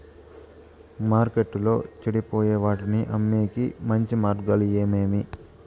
మార్కెట్టులో చెడిపోయే వాటిని అమ్మేకి మంచి మార్గాలు ఏమేమి